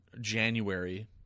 January